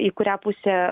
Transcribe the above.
į kurią pusę